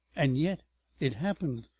and yet it happened.